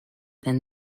than